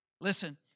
Listen